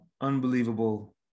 unbelievable